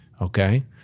okay